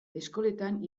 eskoletan